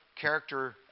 character